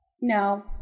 no